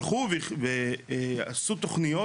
הלכו ועשו תוכניות,